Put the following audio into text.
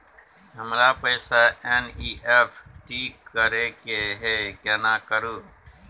हमरा पैसा एन.ई.एफ.टी करे के है केना करू?